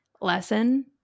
lesson